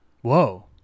Whoa